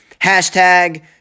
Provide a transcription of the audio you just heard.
Hashtag